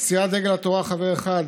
סיעת דגל התורה, חבר אחד: